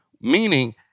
Meaning